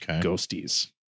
ghosties